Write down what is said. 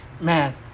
Man